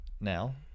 now